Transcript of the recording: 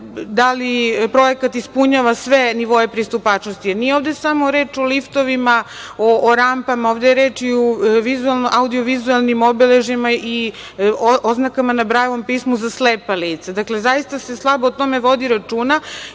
da li projekat ispunjava sve nivoe pristupačnosti. Nije ovde samo reč o liftovima, o rampama, ovde je reč i o audio-vizuelnim obeležjima i oznakama na Brajevom pismu za slepa lica. Dakle, zaista se slabo o tome vodi računa